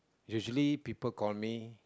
usually people call me